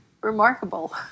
Remarkable